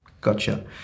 Gotcha